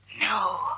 No